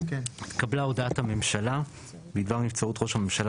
התקבלה הודעת הממשלה בדבר נבצרות ראש הממשלה